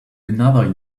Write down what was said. another